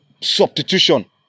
substitution